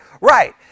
Right